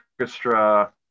orchestra